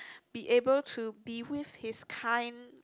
be able to be with his kind